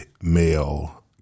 male